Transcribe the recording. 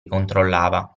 controllava